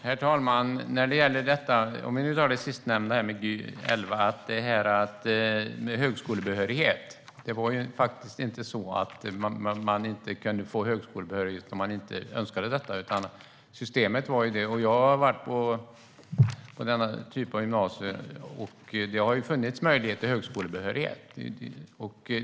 Herr talman! När det gäller det sistnämnda med Gy 2011 och högskolebehörighet var det inte så att man inte kunde få högskolebehörighet om man önskade detta. Jag har besökt denna typ av gymnasium, och det har funnits möjlighet till högskolebehörighet.